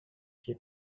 she